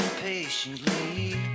patiently